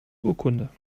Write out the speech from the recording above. urkunde